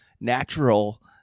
natural